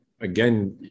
again